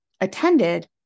attended